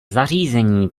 zařízení